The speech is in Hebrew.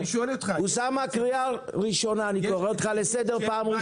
השאלה לגבי עלויות כתוצאה משינוי